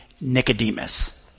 Nicodemus